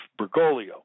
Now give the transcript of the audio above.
Bergoglio